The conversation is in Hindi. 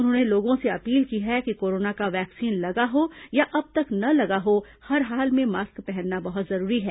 उन्होंने लोगों से अपील की है कि कोरोना का वैक्सीन लगा हो या अब तक न लगा हो हर हाल में मास्क पहनना बहत जरूरी है